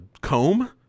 comb